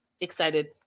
excited